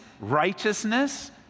righteousness